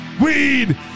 weed